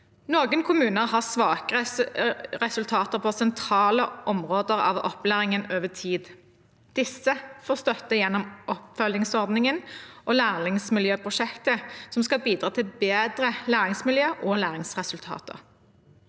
2023 kommuner har svake resultater på sentrale områder av opplæringen over tid. Disse får støtte gjennom oppfølgingsordningen og læringsmiljøprosjektet, som skal bidra til bedre læringsmiljø og læringsresultater.